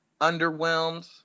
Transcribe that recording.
underwhelmed